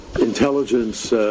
intelligence